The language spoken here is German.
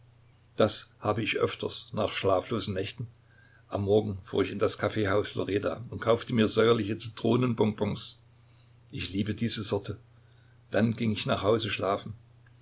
das habe ich öfters nach schlaflosen nächten am morgen fuhr ich in das kaffeehaus loreda und kaufte mir säuerliche zitronenbonbons ich liebe diese sorte dann ging ich nach hause schlafen